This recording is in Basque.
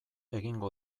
egingo